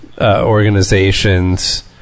organizations